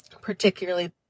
particularly